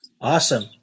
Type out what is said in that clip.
Awesome